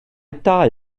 dau